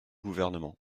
gouvernement